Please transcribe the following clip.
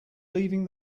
leaving